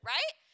Right